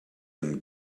and